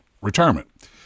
retirement